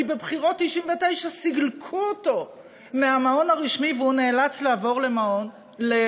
כי בבחירות 1999 סילקו אותו מהמעון הרשמי והוא נאלץ לעבור למלון,